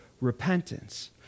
repentance